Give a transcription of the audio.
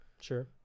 Sure